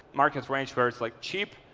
markets range where it's like cheap,